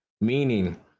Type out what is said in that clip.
Meaning